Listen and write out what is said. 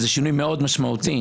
וזה שינוי מאוד משמעותי.